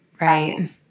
Right